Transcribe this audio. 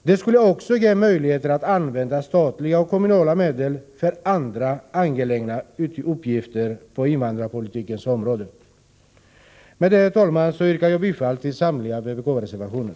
Det skulle också ge möjligheter att använda statliga och kommunala medel för andra angelägna uppgifter på invandrarpolitikens område. Med detta, herr talman, yrkar jag bifall till samtliga vpk-reservationer.